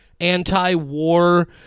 anti-war